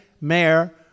mayor